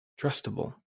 trustable